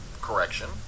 correction